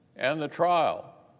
and the trial.